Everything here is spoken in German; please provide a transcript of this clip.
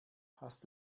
hast